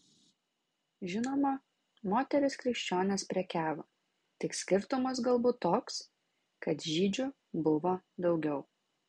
žinoma moterys krikščionės prekiavo tik skirtumas galbūt toks kad žydžių buvo daugiau